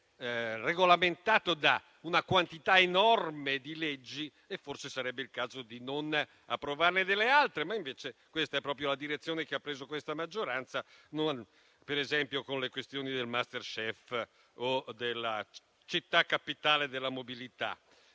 regolamentato da una quantità enorme di leggi e forse sarebbe il caso di non approvarne delle altre, ma invece questa è proprio la direzione che ha preso questa maggioranza, per esempio con le questioni del Master Chef o della città capitale della mobilità.